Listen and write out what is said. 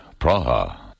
Praha